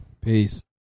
Peace